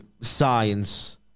science